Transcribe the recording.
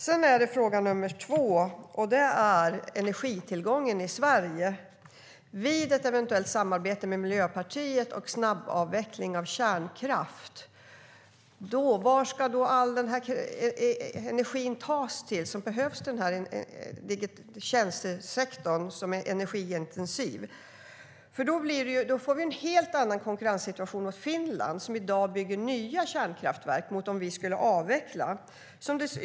Den andra frågan gäller energitillgången i Sverige vid ett eventuellt samarbete med Miljöpartiet och en snabbavveckling av kärnkraften: Var ska all den energi tas som behövs i den energiintensiva tjänstesektorn? Om vi skulle avveckla kärnkraften får vi en helt annan konkurrenssituation mot Finland, som i dag bygger nya kärnkraftverk.